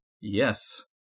yes